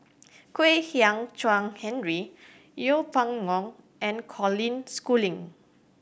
Kwek Hian Chuan Henry Yeng Pway Ngon and Colin Schooling